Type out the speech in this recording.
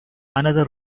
another